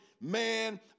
Man